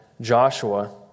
Joshua